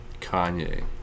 Kanye